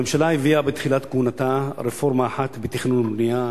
הממשלה הביאה בתחילת כהונתה רפורמה אחת בתכנון ובנייה,